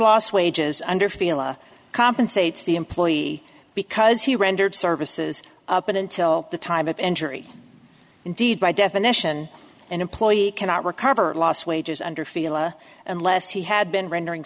lost wages under feel a compensates the employee because he rendered services but until the time of injury indeed by definition an employee cannot recover lost wages under field unless he had been rendering